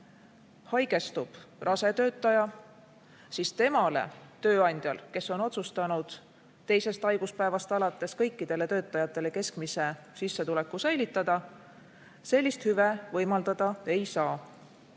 haigestub rase töötaja, siis temale tööandja, kes on otsustanud teisest haiguspäevast alates kõikidele töötajatele keskmise sissetuleku säilitada, sellist hüve võimaldada ei saa.